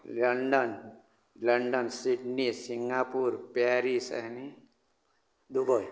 London London Sydney Singapore Paris आनी Dubai